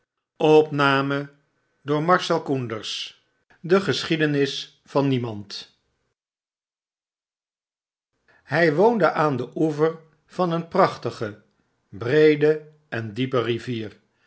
de geschiedenis van niemand hy woonde aan den oever van een prachtige breede en diepe rivier